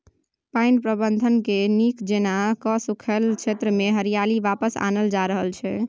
पानि प्रबंधनकेँ नीक जेना कए सूखल क्षेत्रमे हरियाली वापस आनल जा रहल छै